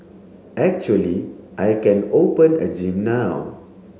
actually I can open a gym now